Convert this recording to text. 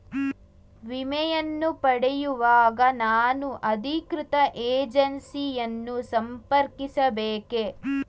ವಿಮೆಯನ್ನು ಪಡೆಯುವಾಗ ನಾನು ಅಧಿಕೃತ ಏಜೆನ್ಸಿ ಯನ್ನು ಸಂಪರ್ಕಿಸ ಬೇಕೇ?